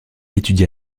étudia